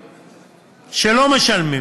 הגופים שלא משלמים,